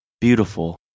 beautiful